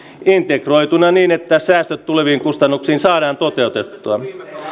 integroituina niin että säästöt tuleviin kustannuksiin saadaan toteutettua